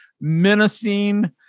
menacing